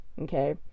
okay